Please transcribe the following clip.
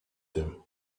them